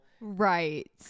Right